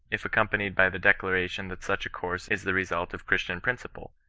if accompanied by the declaration that such a course is the result of chnstian principle,